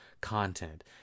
content